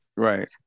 Right